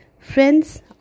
friends